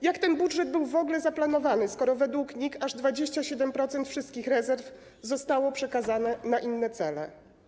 Jak ten budżet był w ogóle zaplanowany, skoro według NIK aż 27% wszystkich rezerw zostało przekazanych na inne cele?